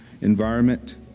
environment